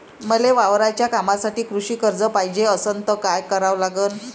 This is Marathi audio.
मले वावराच्या कामासाठी कृषी कर्ज पायजे असनं त काय कराव लागन?